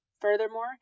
Furthermore